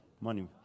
money